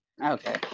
Okay